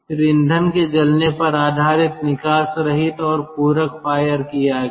फिर ईंधन के जलने पर आधारित निकास रहित और पूरक फायर किया गया